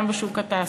גם בשוק התעסוקה.